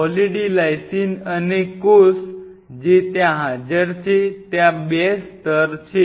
poly D lysine અને કોષ જે ત્યાં હાજર છે ત્યાં 2 સ્તર છે